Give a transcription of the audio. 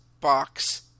box